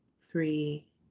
three